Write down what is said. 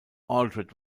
aldred